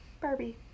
Barbie